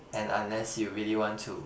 and unless you really want to